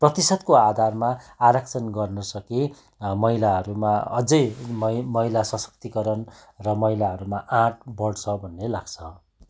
प्रतिसतको आधारमा आरक्षण गर्न सके महिलाहरूमा अझै महिला सशक्तिकरण र महिलाहरूमा आँट बढ्छ भन्ने लाग्छ